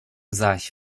zaś